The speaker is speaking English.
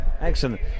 Excellent